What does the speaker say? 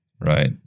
right